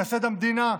מייסד המדינה,